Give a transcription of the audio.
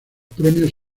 premios